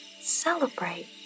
Celebrate